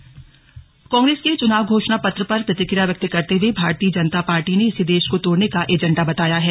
घोषणापत्र प्रतिक्रिया कांग्रेस के चुनाव घोषणा पत्र पर प्रतिक्रिया व्यक्त करते हुए भारतीय जनता पार्टी ने इसे देश को तोड़ने का एजेंडा बताया है